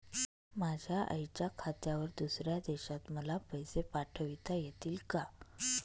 माझ्या आईच्या खात्यावर दुसऱ्या देशात मला पैसे पाठविता येतील का?